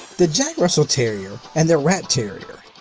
the jack russell terrier and the rat terrier,